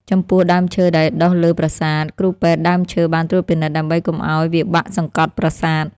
ចំពោះដើមឈើដែលដុះលើប្រាសាទ គ្រូពេទ្យដើមឈើបានត្រួតពិនិត្យដើម្បីកុំឱ្យវាបាក់សង្កត់ប្រាសាទ។